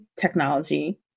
technology